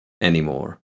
anymore